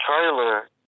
trailer